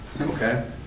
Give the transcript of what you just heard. okay